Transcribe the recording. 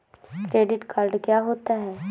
Debit card क्या होता है?